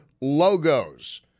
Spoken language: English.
logos